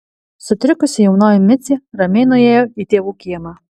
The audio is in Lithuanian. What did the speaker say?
sutrikusi jaunoji micė ramiai nuėjo į tėvų kiemą